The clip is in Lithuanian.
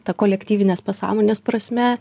ta kolektyvinės pasąmonės prasme